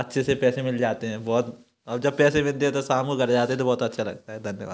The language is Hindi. अच्छे से पैसे मिल जाते हैं बहुत और जब पैसे मिलते हैं तब शाम को घर जाते हैं तब बहुत अच्छा लगता है धन्यवाद